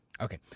Okay